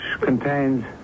contains